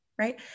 right